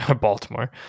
Baltimore